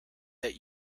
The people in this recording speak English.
that